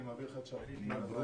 אני מעביר לך את שרביט ניהול הוועדה.